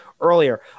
earlier